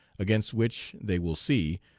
against which, they will see,